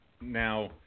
Now